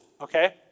okay